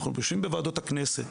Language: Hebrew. אנחנו יושבים בוועדות הכנסת,